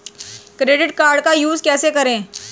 Credit card का use कैसे करें?